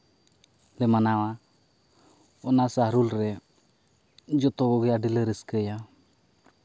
ᱞᱮ ᱢᱟᱱᱟᱣᱟ ᱚᱱᱟ ᱥᱟᱨᱦᱩᱞ ᱨᱮ ᱡᱚᱛᱚ ᱠᱚᱜᱮ ᱟᱹᱰᱤᱞᱮ ᱨᱟᱹᱥᱠᱟᱹᱭᱟ